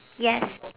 yes